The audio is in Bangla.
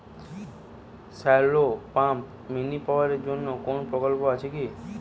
শ্যালো পাম্প মিনি পাওয়ার জন্য কোনো প্রকল্প আছে কি?